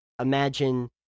imagine